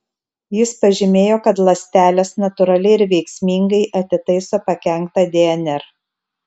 jis pažymėjo kad ląstelės natūraliai ir veiksmingai atitaiso pakenktą dnr